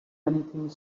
anything